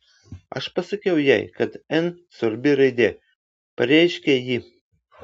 aš pasakiau jai kad n svarbi raidė pareiškė ji